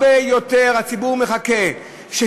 הציבור מחכה להרבה יותר,